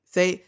Say